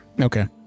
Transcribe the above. Okay